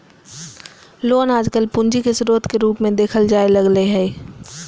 loan आजकल पूंजी के स्रोत के रूप मे देखल जाय लगलय हें